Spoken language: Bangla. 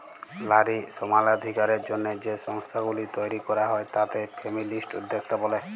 লারী সমালাধিকারের জ্যনহে যে সংস্থাগুলি তৈরি ক্যরা হ্যয় তাতে ফেমিলিস্ট উদ্যক্তা ব্যলে